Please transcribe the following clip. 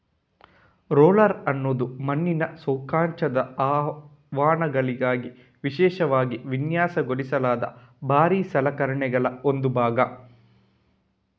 roller ಅನ್ನುದು ಮಣ್ಣಿನ ಸಂಕೋಚನದ ಅನ್ವಯಗಳಿಗಾಗಿ ವಿಶೇಷವಾಗಿ ವಿನ್ಯಾಸಗೊಳಿಸಲಾದ ಭಾರೀ ಸಲಕರಣೆಗಳ ಒಂದು ಭಾಗ